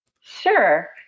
Sure